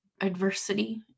adversity